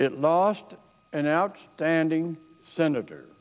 it last an out standing senator